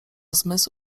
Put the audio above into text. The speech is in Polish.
zmysł